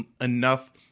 enough